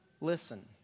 listen